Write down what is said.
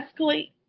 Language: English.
escalate